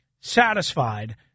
satisfied